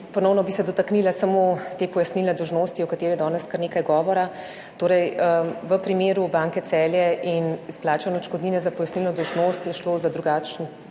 Ponovno bi se dotaknila samo te pojasnilne dolžnosti, o kateri je danes kar nekaj govora. Torej, v primeru Banke Celje in izplačane odškodnine za pojasnilno dolžnost je šlo za drugačno